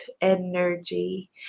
energy